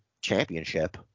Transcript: championship